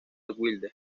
wilde